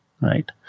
Right